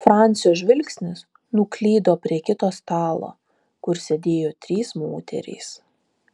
francio žvilgsnis nuklydo prie kito stalo kur sėdėjo trys moterys